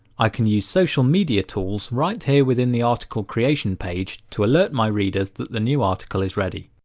i can use social media tools right here within the article creation page to alert my readers that the new article is ready.